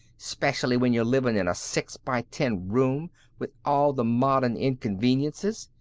specially when you're living in a six-by-ten room with all the modern inconveniences,